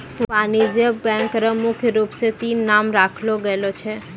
वाणिज्यिक बैंक र मुख्य रूप स तीन नाम राखलो गेलो छै